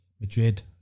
Madrid